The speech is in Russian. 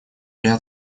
ряд